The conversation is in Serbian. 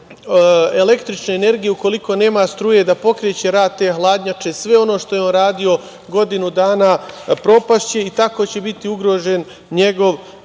električne energije, ukoliko nema struje da pokreće rad te hladnjače, sve ono što je on radio godinu dana propašće i tako će biti ugrožen njegov